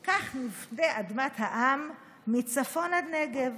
/ כך נפדה אדמת העם / מצפון עד נגב.